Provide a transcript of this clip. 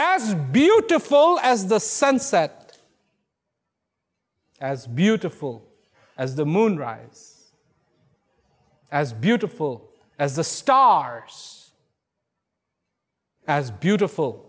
as beautiful as the sunset as beautiful as the moon rise as beautiful as the stars as beautiful